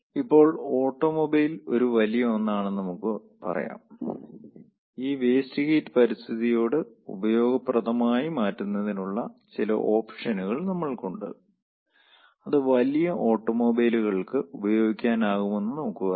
ഇപ്പോൾ ഓട്ടോമൊബൈൽ ഒരു വലിയ ഒന്നാണെന്ന് നമുക്ക് പറയാം ഈ വേസ്റ്റ് ഹീറ്റ് പരിസ്ഥിതിയോട് ഉപയോഗപ്രദമായി മാറ്റുന്നതിനുള്ള ചില ഓപ്ഷനുകൾ നമ്മൾക്കുണ്ട് അത് വലിയ ഓട്ടോമൊബൈലുകൾക്ക് ഉപയോഗിക്കാനാകുമെന്ന് നമുക്ക് പറയാം